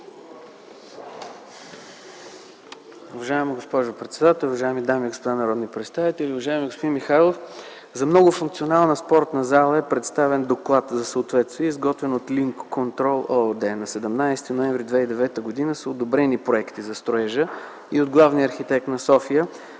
Уважаема госпожо председател, уважаеми дами и господа народни представители, уважаеми господин Михайлов! За многофункционалната спортна зала е представен доклад за съответствие и е изготвен от „Линк контрол” ООД. На 17 ноември 2009 г. са одобрени проекти за строежа и от главния архитект на София